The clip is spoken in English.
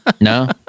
No